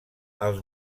els